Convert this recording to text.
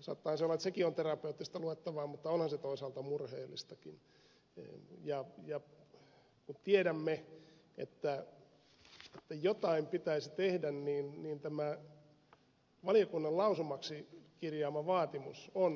saattaa sinänsä sekin olla terapeuttista luettavaa mutta onhan se toisaalta murheellistakin ja kun tiedämme että jotain pitäisi tehdä niin tämä valiokunnan lausumaksi kirjaama vaatimus on kyllä ansiokas